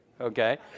okay